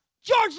George